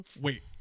Wait